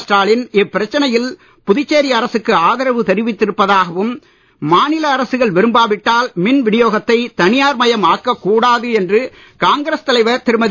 ஸ்டாலின் இப்பிரச்சனையில் புதுச்சேரி அரசுக்கு ஆதரவு தெரிவித்திருப்பதாகவும் மாநில அரசுகள் விரும்பாவிட்டால் மின் வினியோகத்தைத் தனியார் மயம் ஆக்கக் என்று காங்கிரஸ் தலைவர் திருமதி